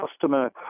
customer